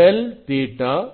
CosƟ